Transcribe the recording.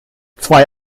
zwei